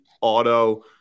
auto